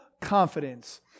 confidence